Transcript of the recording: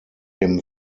him